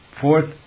Fourth